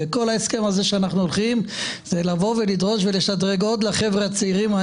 כל ההסכם הזה שאנחנו הולכים זה לדרוש ולשדרג לחבר'ה הצעירים.